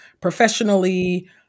professionally